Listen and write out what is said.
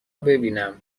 ببینم